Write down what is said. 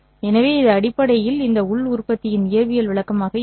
எனவே இது அடிப்படையில் இந்த உள் உற்பத்தியின் இயற்பியல் விளக்கமாக இருக்கும்